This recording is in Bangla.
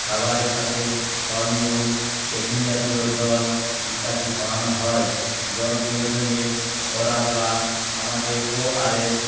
খাবারের সাথে ফলমূল ক্যাফিন জাতীয় জল ইত্যাদি খাওয়ানো হয় জল বিয়োজনের ওরাল বা আমাদের ওআরএস